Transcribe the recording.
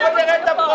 אתה יכול להצביע,